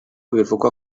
bivugwa